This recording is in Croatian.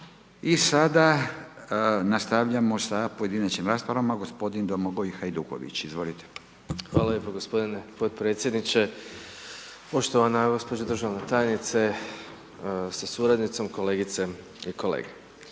I sada nastavljamo sa pojedinačnim raspravama. Gospodin Domagoj Hajduković. Izvolite. **Hajduković, Domagoj (SDP)** Hvala lijepa potpredsjedniče. Poštovana gospođo državna tajnice sa suradnicom, kolegice i kolege.